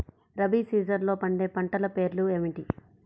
రబీ సీజన్లో పండే పంటల పేర్లు ఏమిటి?